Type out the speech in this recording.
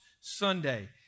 Sunday